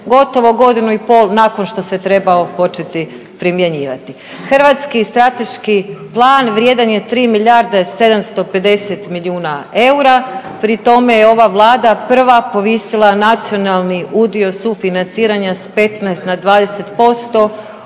gotovo godinu i pol nakon što se trebao početi primjenjivati. Hrvatski strateški plan vrijedan je 3 milijarde 750 milijuna eura, pri tome je ova vlada prva povisila nacionalni udio sufinanciranja s 15 na 20%